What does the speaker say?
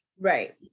right